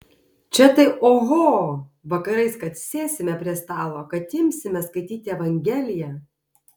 čia tai oho vakarais kad sėsime prie stalo kad imsime skaityti evangeliją